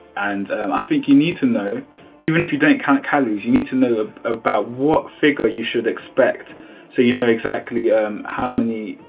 and i um ah think you need to know even if you don't count calories you need to know ah about what figure you should expect so you know exactly how many.